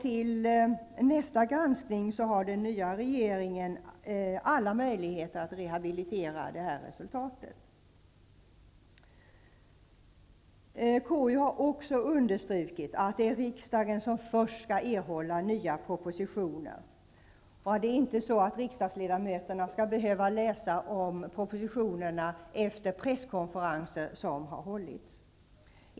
Till nästa granskning har den nya regeringen alla möjligheter att rehabilitera resultatet. KU har också understrukit att det är riksdagen som först skall erhålla nya propositioner. Riksdagsledamöterna skall inte behöva läsa om propositionerna efter de presskonferenser som har hållits.